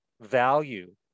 value